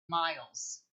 miles